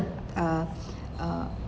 uh uh